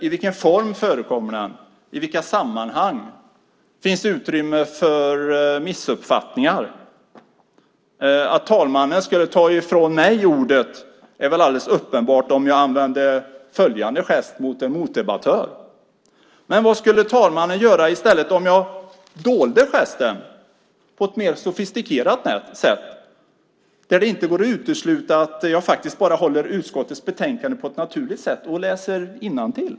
I vilken form förekommer den, i vilka sammanhang, och finns det utrymme för missuppfattningar? Att talmannen skulle ta ifrån mig ordet är väl alldeles uppenbart om jag använde följande obscena gest mot en motdebattör, men vad skulle talmannen göra om jag i stället dolde gesten på ett mer sofistikerat sätt där det inte går att utesluta att jag faktiskt bara håller upp utskottets betänkande på ett naturligt sätt och läser innantill?